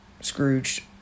Scrooge